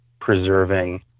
preserving